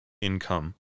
income